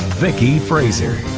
vicky fraser.